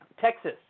Texas